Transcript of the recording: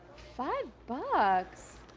five bucks!